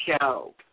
show